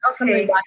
Okay